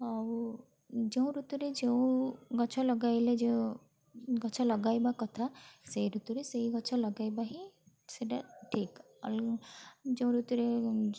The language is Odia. ଆଉ ଯେଉଁ ଋତୁରେ ଯେଉଁ ଗଛ ଲଗାଇଲେ ଯେଉଁ ଗଛ ଲଗାଇବା କଥା ସେଇ ଋତୁରେ ସେଇ ଗଛ ଲଗାଇବା ହିଁ ସେଇଟା ଠିକ୍ ଯେଉଁ ଋତୁରେ